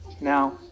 Now